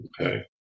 okay